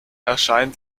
erscheint